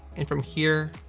and from here,